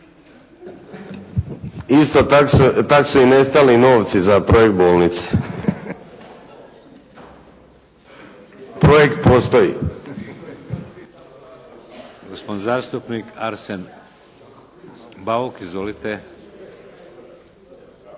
Isto tak su i nestali novci za projekt bolnice. Projekt postoji.